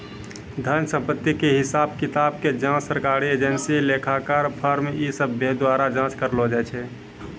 धन संपत्ति के हिसाब किताबो के जांच सरकारी एजेंसी, लेखाकार, फर्म इ सभ्भे द्वारा जांच करलो जाय छै